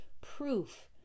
proof